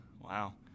Wow